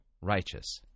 Righteous